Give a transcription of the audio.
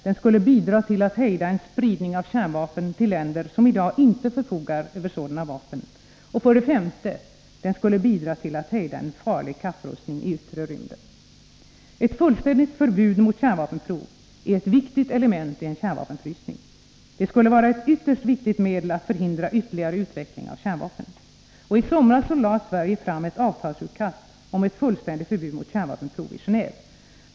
Den skulle bidra till att hejda en spridning av kärnvapen till länder som i dag inte förfogar över sådana vapen. 5. Den skulle bidra till att hejda en farlig kapprustning i yttre rymden. Ett fullständigt förbud mot kärnvapenprov är ett viktigt element i en kärnvapenfrysning. Det skulle vara ett ytterst viktigt medel att förhindra ytterligare utveckling av kärnvapen. I somras lade Sverige fram ett avtalsutkast i Gendve om ett fullständigt förbud mot kärnvapenprov.